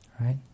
right